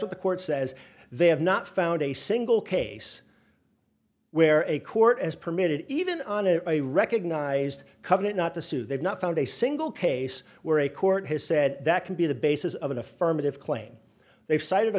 what the court says they have not found a single case where a court has permitted even on to a recognized covenant not to sue they've not found a single case where a court has said that can be the basis of an affirmative claim they've